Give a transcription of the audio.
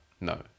No